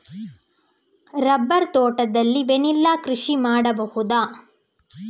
Rubber ತೋಟದಲ್ಲಿ vanilla ಕೃಷಿ ಮಾಡಬಹುದಾ?